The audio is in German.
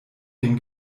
dem